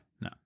No